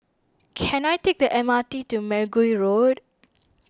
can I take the M R T to Mergui Road